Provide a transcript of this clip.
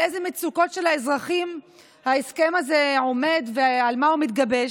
על איזה מצוקות של האזרחים ההסכם הזה עומד ועל מה הוא מתגבש.